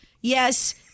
Yes